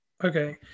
Okay